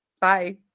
Bye